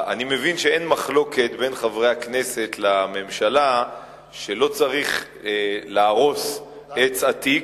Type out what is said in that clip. אני מבין שאין מחלוקת בין חברי הכנסת לממשלה שלא צריך להרוס עץ עתיק,